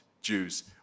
Jews